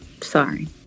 sorry